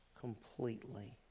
completely